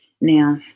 Now